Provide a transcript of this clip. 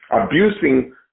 Abusing